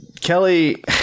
Kelly